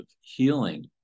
healing